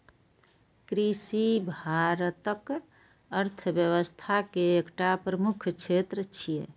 कृषि भारतक अर्थव्यवस्था के एकटा प्रमुख क्षेत्र छियै